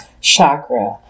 chakra